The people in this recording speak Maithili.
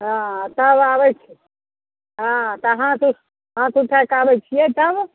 हाँ आ तब आबैत छियै हाँ तऽ हाथ ओ हाथ उठाइकऽ आबैत छियै तब